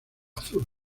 azul